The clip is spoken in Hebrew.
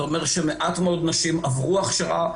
זה אומר שמעט מאוד נשים עברו הכשרה.